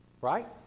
right